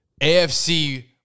AFC